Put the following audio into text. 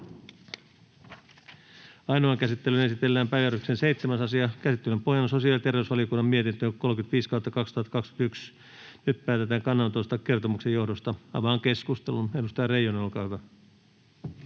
Ainoaan käsittelyyn esitellään päiväjärjestyksen 7. asia. Käsittelyn pohjana on sosiaali- ja terveysvaliokunnan mietintö StVM 35/2021 vp. Nyt päätetään kannanotosta kertomuksen johdosta. — Avaan keskustelun. Edustaja Reijonen, olkaa hyvä.